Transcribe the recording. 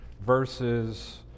verses